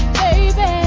baby